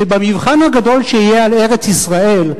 שבמבחן הגדול שיהיה על ארץ-ישראל,